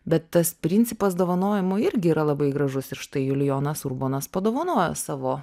bet tas principas dovanojimo irgi yra labai gražus ir štai julijonas urbonas padovanojo savo